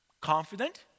confident